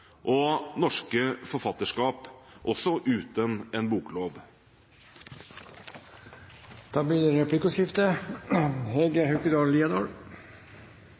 og norske forfatterskap – også uten en boklov. Det blir replikkordskifte.